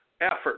effort